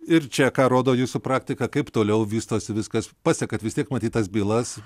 ir čia ką rodo jūsų praktika kaip toliau vystosi viskas pasekat vis tiek matyt tas bylas